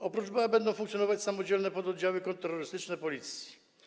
Oprócz BOA będą funkcjonować samodzielne pododdziały kontrterrorystyczne Policji.